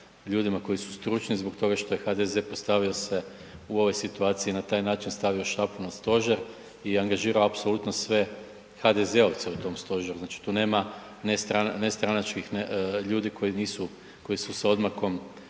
ljudima koji su stručni zbog što je HDZ postavio se u ovoj situaciji na taj način, stavio šapu na stožer i angažirao apsolutno sve HDZ-ovce u tom stožeru. Znači tu nema ne stranačkih ljudi koji nisu, koji